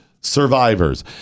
survivors